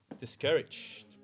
discouraged